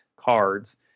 cards